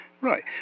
right